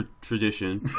tradition